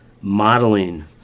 modeling